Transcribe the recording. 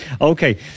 Okay